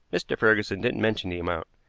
mr. ferguson didn't mention the amount.